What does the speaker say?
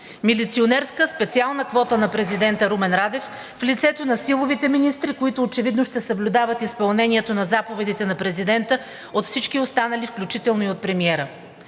Милиционерска – специална квота на президента Румен Радев в лицето на силовите министри, които очевидно ще съблюдават изпълнението на заповедите на президента от всички останали, включително и от премиера.